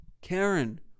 Karen